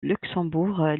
luxembourg